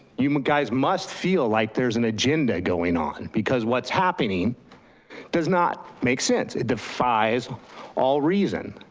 you my guys must feel like there's an agenda going on because what's happening does not make sense. it defies all reason.